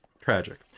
tragic